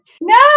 No